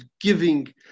giving